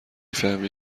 فهمی